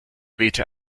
wehte